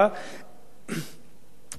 מנסים,